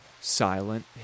Silent